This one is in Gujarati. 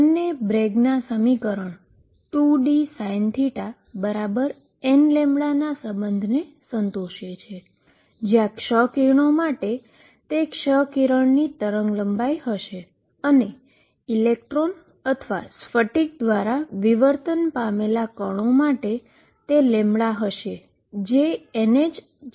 બંને બ્રેગના સમીકરણ 2dSinθnλનાં સંબંધને સંતોષે છે જ્યાં એક્સ રે માટે તે એક્સ રેની વેવલેન્થ હશે અને ઇલેક્ટ્રોન અથવા ક્રિસ્ટલ દ્વારા ડિફ્રેક્શન પામેલા પાર્ટીકલ માટે તે હશે જે nhp છે